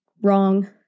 Wrong